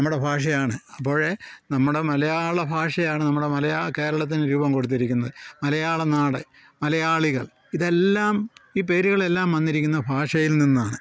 നമ്മുടെ ഭാഷയാണ് അപ്പോൾ നമ്മുടെ മലയാള ഭാഷയാണ് നമ്മുടെ മലയാളം കേരളത്തിന് രൂപം കൊടുത്തിരിക്കുന്നത് മലയാളനാട് മലയാളികൾ ഇതെല്ലാം ഈ പേരുകളെല്ലാം വന്നിരിക്കുന്നത് ഭാഷയിൽ നിന്നാണ്